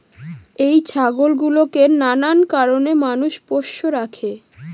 এই ছাগল গুলোকে নানান কারণে মানুষ পোষ্য রাখে